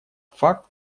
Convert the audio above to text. факт